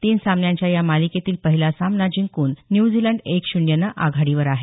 तीन सामन्यांच्या या मालिकेतील पहिल्या सामना जिंकून न्यूझीलंड एक शून्यनं आघाडीवर आहे